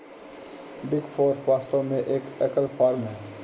big four वास्तव में एक एकल फर्म है